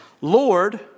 Lord